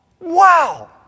Wow